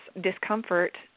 discomfort